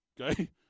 okay